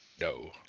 no